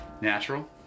natural